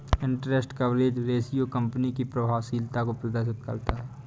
interest coverage ratio company की प्रभावशीलता को प्रदर्शित करता है